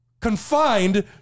confined